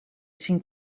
cinc